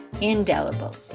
indelible